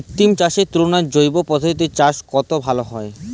কৃত্রিম চাষের তুলনায় জৈব পদ্ধতিতে চাষে কত লাভ হয়?